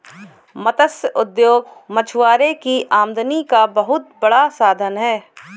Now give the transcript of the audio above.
मत्स्य उद्योग मछुआरों की आमदनी का बहुत बड़ा साधन है